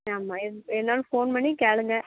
ஆமாம் எத் எனாலும் ஃபோன் பண்ணி கேளுங்கள்